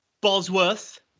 Bosworth